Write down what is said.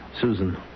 Susan